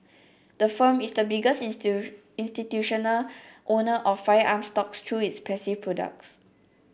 the firm is the biggest institutional owner of firearms stocks through its passive products